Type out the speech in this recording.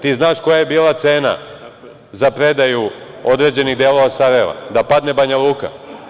Ti znaš koja je bila cena za predaju određenih dela Sarajeva, da padne Banja Luka.